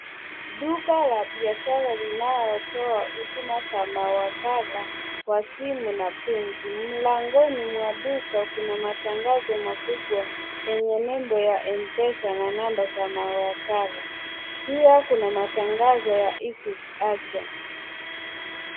Duka la biashara linalo toa huduma za mawakala wa simu na benki. Mlangoni mwa duka kuna matangazo makubwa yenye nembo ya mpesa na namba za mawakala, pia kuna matangazo ya Equity agent .